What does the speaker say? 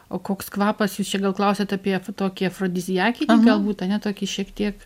o koks kvapas jūs čia gal klausiat apie tokį afrodiziakinį galbūt ane tokį šiek tiek